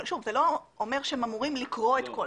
זה לא אומר שהם אמורים לקרוא את הכול.